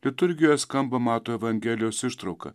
liturgijoje skamba mato evangelijos ištrauka